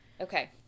okay